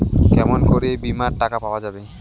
কেমন করি বীমার টাকা পাওয়া যাবে?